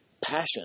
passion